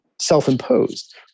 self-imposed